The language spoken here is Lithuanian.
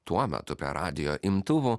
tuo metu per radijo imtuvo